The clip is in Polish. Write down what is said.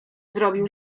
zrobił